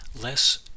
Less